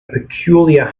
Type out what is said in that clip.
peculiar